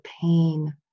pain